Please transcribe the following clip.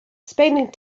spending